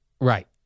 Right